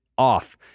off